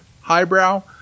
highbrow